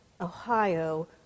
Ohio